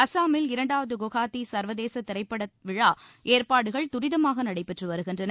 அசாமில் இரண்டாவது குவஹாத்தி சர்வதேச திரைப்படவிழா ஏற்பாடுகள் தரிதமாக நடைபெற்று வருகின்றன